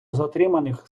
затриманих